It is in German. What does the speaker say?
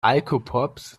alkopops